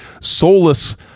soulless